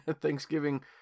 Thanksgiving